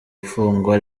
ifungwa